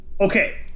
Okay